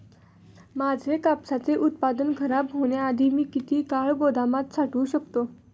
माझे कापसाचे उत्पादन खराब होण्याआधी मी किती काळ गोदामात साठवू शकतो?